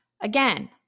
Again